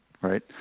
right